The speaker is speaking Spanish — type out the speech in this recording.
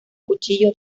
cuchillo